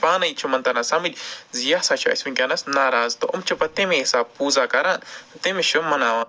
پانٕے چھِ یِمَن تران سَمجھ زِ یہِ ہسا چھِ اَسہِ ؤنکٮ۪نَس ناراض تہٕ یِم چھِ پَتہٕ تٔمی حِساب پوٗزا کران تٔمِس چھِ مناوان